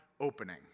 opening